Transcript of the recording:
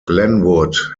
glenwood